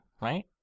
right